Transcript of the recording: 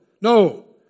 no